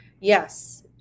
yes